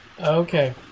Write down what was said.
okay